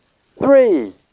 three